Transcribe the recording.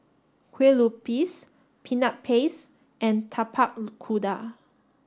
Kue Lupis Peanut Paste and Tapak Kuda